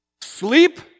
sleep